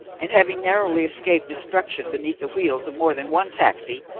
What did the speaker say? and, having narrowly escaped destruction beneath the wheels of more than one taxi,